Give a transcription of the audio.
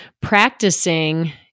practicing